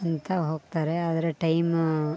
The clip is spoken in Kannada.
ಅಂತ ಹೋಗ್ತಾರೆ ಆದರೆ ಟೈಮು